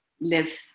live